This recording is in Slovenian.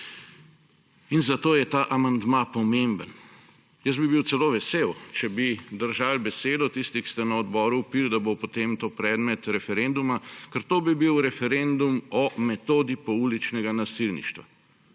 in zato je ta amandma pomemben. Jaz bi bil celo vesel, če bi držali besedo tisti, ki ste na odboru vpili, da bo potem to predmet referenduma, ker to bi bil referendum o metodi pouličnega nasilništva.